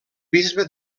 bisbe